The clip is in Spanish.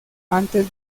antes